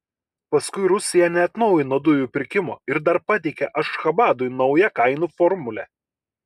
paskui rusija neatnaujino dujų pirkimo ir dar pateikė ašchabadui naują kainų formulę